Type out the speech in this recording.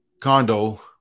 condo